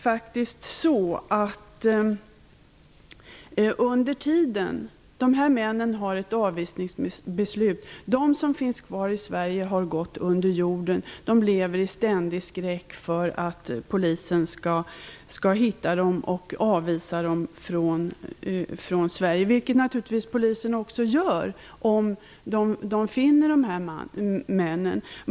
Dessa män har fått avvisningsbeslut, och de som finns kvar i Sverige har gått under jorden och lever i ständig skräck för att polisen skall hitta dem och avvisa dem från Sverige. Polisen gör naturligtvis också det om man finner männen.